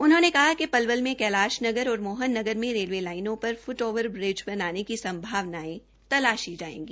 उन्होंने कहा कि पलवल में कैलाश नगर और मोहन नगर में रेलवे लाइनों पर फुट ओवर ब्रिज बनाने की संभावनायें तलाशी जायेगी